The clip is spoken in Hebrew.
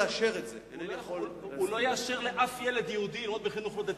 הוא לא יאשר לשום ילד יהודי להיות בחינוך לא דתי.